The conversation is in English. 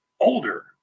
older